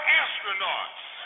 astronauts